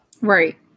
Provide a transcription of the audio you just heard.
Right